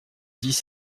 dix